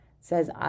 says